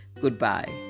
Goodbye